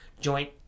joint